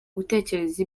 gutekereza